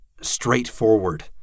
Straightforward